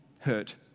Hurt